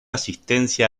asistencia